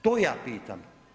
To ja pitam.